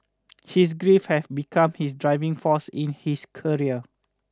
his grief had become his driving force in his career